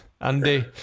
Andy